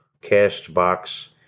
Castbox